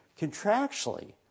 contractually